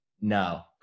No